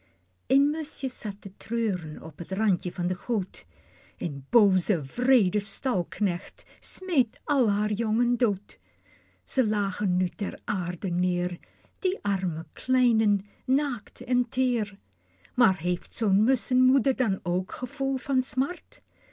muschje zat te treuren op t randje van de goot een booze wreede stalknecht smeet al haar jongen dood ze lagen nu ter aarde neer die arme kleinen naakt en teer pieter louwerse alles zingt maar heeft zoo'n musschenmoeder dan ook gevoel van smart